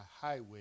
highway